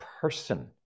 person